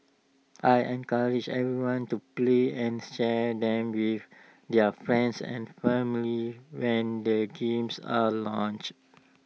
I encourage everyone to play and share them with their friends and family when the games are launched